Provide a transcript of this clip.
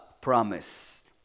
promise